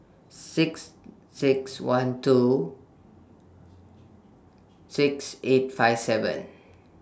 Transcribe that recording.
six six one two six eight five seven